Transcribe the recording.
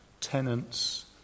tenants